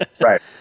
Right